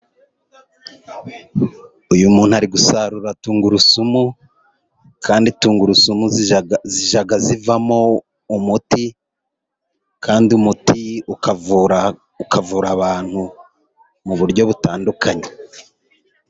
Uyu muntu ari gusarura tungurusumu, kandi tungurusumu zijya zivamo umuti, kandi umuti ukavura abantu mu buryo butandukanye